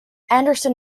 anderson